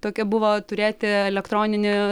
tokia buvo turėti elektroninį